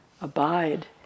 Abide